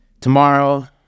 tomorrow